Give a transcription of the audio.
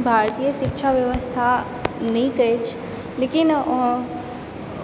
भारतीय शिक्षा व्यवस्था नीक अछि लेकिन